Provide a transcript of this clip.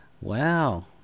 Wow